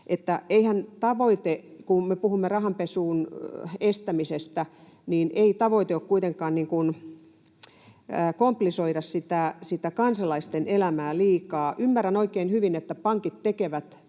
siitä, että kun me puhumme rahanpesun estämisestä, niin eihän tavoite ole kuitenkaan komplisoida liikaa kansalaisten elämää. Ymmärrän oikein hyvin, että pankit tekevät